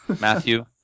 Matthew